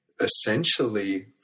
essentially